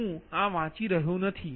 તેથી હું આ વાંચી રહ્યો નથી